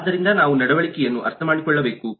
ಆದ್ದರಿಂದ ನಾವು ನಡವಳಿಕೆಯನ್ನು ಅರ್ಥಮಾಡಿಕೊಳ್ಳಬೇಕು